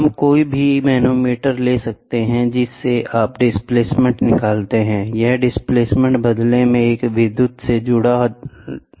हम कोई भी मैनोमीटर ले सकते हैं जिससे आप डिस्प्लेसमेंट निकलते है यह डिस्प्लेसमेंट बदले में एक विद्युत से जुड़ा जा सकता है